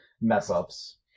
mess-ups